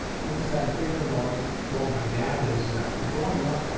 one sad thing about while my dad is growing up,